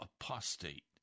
apostate